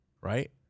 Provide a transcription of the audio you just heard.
right